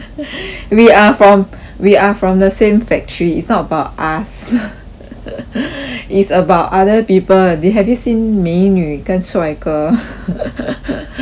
we are from we are from the same factory it's not about us it's about other people they have you seen 美女跟帅哥